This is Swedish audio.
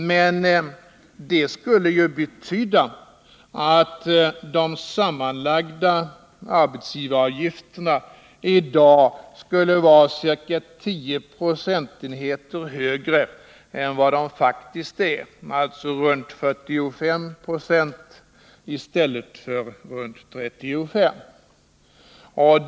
Men det skulle ju betyda att de samlade arbetsgivaravgifterna i dag skulle vara ca tio procentenheter högre än vad de faktiskt är, alltså runt 45 9 i stället för runt 35 96.